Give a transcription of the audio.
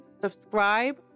subscribe